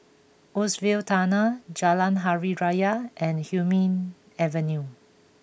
Woodsville Tunnel Jalan Hari Raya and Hume Avenue